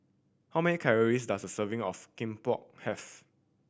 how many calories does a serving of Kimbap have